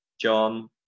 John